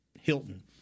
Hilton